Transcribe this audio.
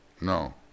No